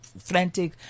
Frantic